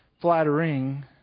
flattering